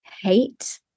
hate